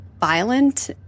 violent